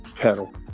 pedal